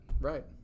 Right